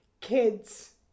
kids